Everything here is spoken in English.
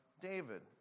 David